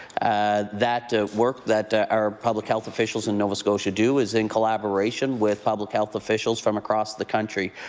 and that ah work if ah our public health officials in nova scotia do is in collaboration with public health officials from across the country.